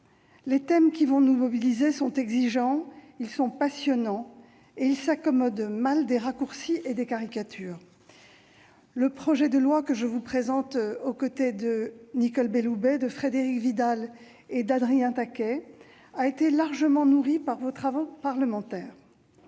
Les thèmes qui vont nous mobiliser sont exigeants, passionnants et s'accommodent mal des raccourcis et des caricatures. Le projet de loi que je vous présente aux côtés de Nicole Belloubet, de Frédérique Vidal et d'Adrien Taquet a été largement nourri par vos travaux parlementaires.